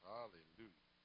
Hallelujah